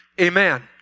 Amen